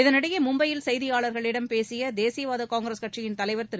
இதனிடையே மும்பையில் செய்தியாளர்களிடம் பேசிய தேசியவாத காங்கிரஸ் கட்சியின் தலைவர் திரு